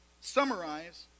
summarize